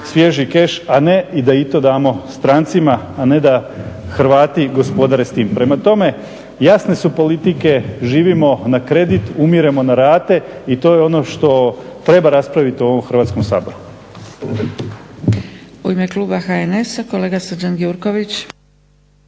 svježi keš, a ne da i to damo strancima, a ne da Hrvati gospodare s tim. Prema tome, jasne politike, živimo na kredit, umiremo na rate i to je ono što treba raspraviti u ovom Hrvatskom saboru.